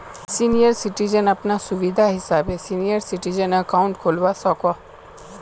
senior citizen अपना सुविधा हिसाबे सीनियर सिटीजन अकाउंट खोलवा सकोह